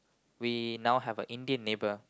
we now have a Indian neighbour